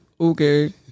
okay